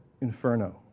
Inferno